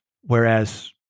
whereas